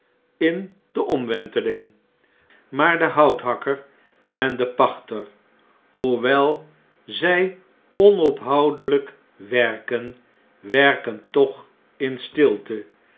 in de omwenteling maar die houthakker en die pachter hoewel zij onophoudehjk werken werken toch in stilte